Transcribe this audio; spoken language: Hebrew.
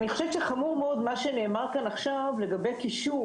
אני חושבת שחמור מאוד מה שנאמר כאן עכשיו לגבי קישור